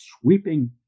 sweeping